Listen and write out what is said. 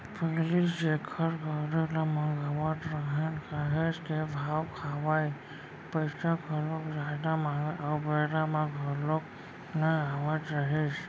पहिली जेखर गाड़ी ल मगावत रहेन काहेच के भाव खावय, पइसा घलोक जादा मांगय अउ बेरा म घलोक नइ आवत रहिस